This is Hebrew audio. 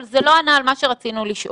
אבל זה לא ענה על מה שרצינו לשאול.